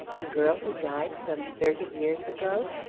a girl who died some thirty years ago!